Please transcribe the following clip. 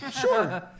Sure